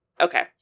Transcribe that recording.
Okay